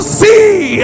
see